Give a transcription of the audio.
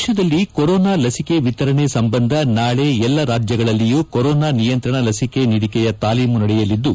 ದೇಶದಲ್ಲಿ ಕೊರೋನಾ ಲಭಿಕೆ ವಿತರಣೆ ಸಂಬಂಧ ನಾಳೆ ಎಲ್ಲಾ ರಾಜ್ಯಗಳಲ್ಲಿಯೂ ಕೊರೋನಾ ನಿಯಂತ್ರಣ ಲಿಸಿಕೆಯ ತಾಲೀಮು ನಡೆಯಲಿದ್ದು